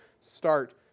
start